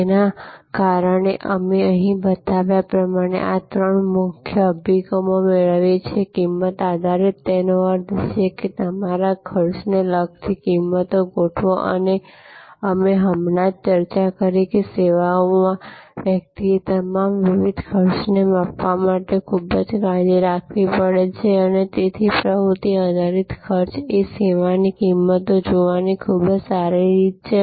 અને તેના કારણે અમે અહીં બતાવ્યા પ્રમાણે આ ત્રણ મુખ્ય અભિગમો મેળવીએ છીએ કિંમત આધારિત તેનો અર્થ એ છે કે તમારા ખર્ચને લગતી કિંમતો ગોઠવો અને અમે હમણાં જ ચર્ચા કરી છે કે સેવાઓમાં વ્યક્તિએ તમામ વિવિધ ખર્ચને માપવા માટે ખૂબ કાળજી રાખવી પડે છે અને તેથી પ્રવૃત્તિ આધારિત ખર્ચ એ સેવાની કિંમતો જોવાની ખૂબ જ સારી રીત છે